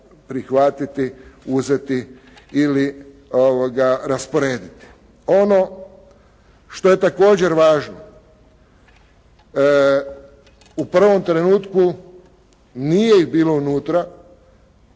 prihvatiti, uzeti ili rasporediti. Ono što je također važno u prvom trenutku nije ih bilo unutra,